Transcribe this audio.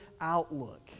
outlook